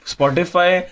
Spotify